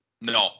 No